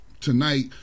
tonight